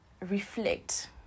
reflect